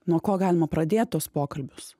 nuo ko galima pradėt tuos pokalbius